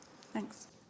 Thanks